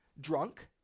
drunk